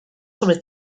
sobre